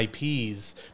IPs